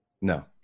No